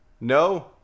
no